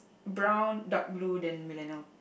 brown dark blue then millennial